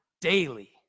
daily